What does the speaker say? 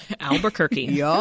Albuquerque